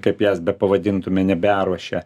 kaip jas bepavadintume neberuošia